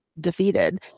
defeated